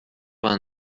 vingt